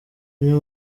kunywa